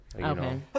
Okay